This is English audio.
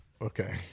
okay